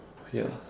ya